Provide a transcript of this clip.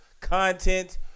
content